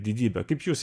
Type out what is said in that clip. didybę kaip jūs